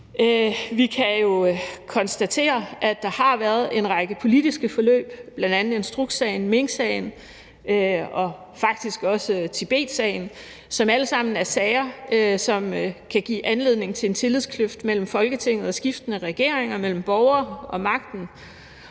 Vi kan jo konstatere, at der har været en række politiske forløb, bl.a. instrukssagen, minksagen og faktisk også Tibetsagen, som alle sammen er sager, der kan give anledning til en tillidskløft mellem Folketinget og skiftende regeringer, mellem borgere og magten.